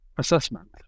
Assessment